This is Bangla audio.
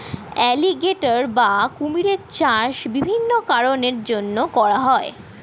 অ্যালিগেটর বা কুমিরের চাষ বিভিন্ন কারণের জন্যে করা হয়